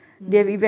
mm